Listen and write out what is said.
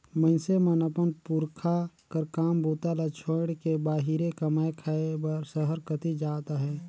मइनसे मन अपन पुरखा कर काम बूता ल छोएड़ के बाहिरे कमाए खाए बर सहर कती जात अहे